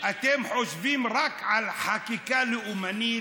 אתם חושבים רק על חקיקה לאומנית,